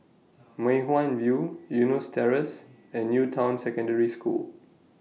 Mei Hwan View Eunos Terrace and New Town Secondary School